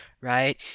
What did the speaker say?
Right